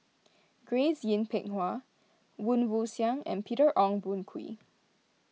Grace Yin Peck Ha Woon Wah Siang and Peter Ong Boon Kwee